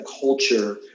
culture